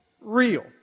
real